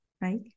right